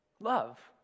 Love